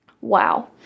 Wow